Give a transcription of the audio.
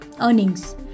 earnings